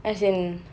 as in